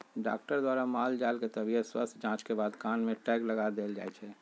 doctor द्वारा माल जाल के तबियत स्वस्थ जांच के बाद कान में टैग लगा देल जाय छै